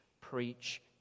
preach